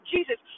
Jesus